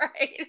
right